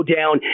down